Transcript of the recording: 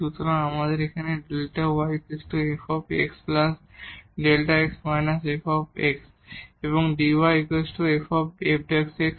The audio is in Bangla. সুতরাং আমাদের Δ y f xΔ x −f এবং dy f dx আছে